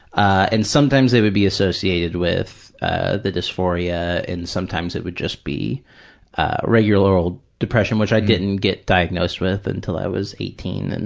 and sometimes they would be associated with the dysphoria and sometimes it would just be regular old depression, which i didn't get diagnosed with until i was eighteen. and